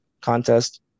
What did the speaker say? contest